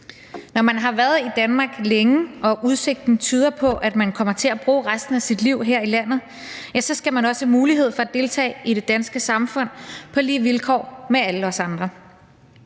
Når man har været i Danmark længe og udsigten tyder på, at man kommer til at bruge resten af sit liv her i landet, skal man også have mulighed for at deltage i det danske samfund på lige vilkår med alle os andre.